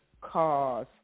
cause